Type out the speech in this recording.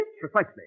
Precisely